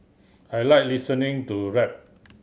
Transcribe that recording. I like listening to rap